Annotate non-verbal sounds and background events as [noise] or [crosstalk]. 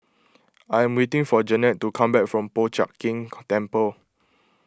I am waiting for Jannette to come back from Po Chiak Keng [noise] Temple